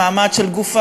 שלך.